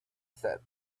said